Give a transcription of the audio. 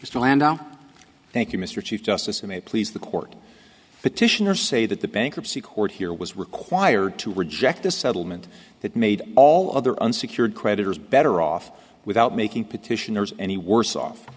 landau thank you mr chief justice i may please the court petitioner say that the bankruptcy court here was required to reject this settlement that made all other unsecured creditors better off without making petitioners any worse off